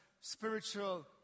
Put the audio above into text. spiritual